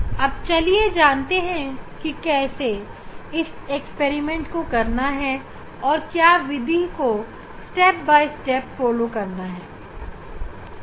अब चलिए जानते हैं कि कैसे इस प्रयोग को करना है और हम प्रक्रिया का पूर्ण रूप से पालन करेंगे है